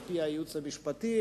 על-פי הייעוץ המשפטי,